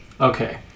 okay